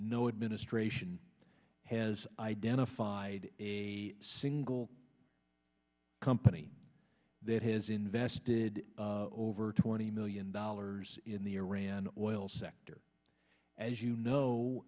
no administration has identified a single company that has invested over twenty million dollars in the iran oil sector as you know